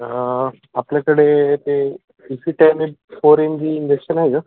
आपल्याकडे ते C C ten A four in G injection आहे का